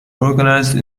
organized